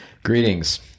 Greetings